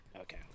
Okay